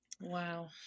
Wow